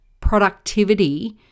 productivity